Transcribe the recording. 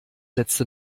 letzte